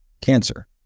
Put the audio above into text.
cancer